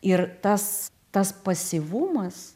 ir tas tas pasyvumas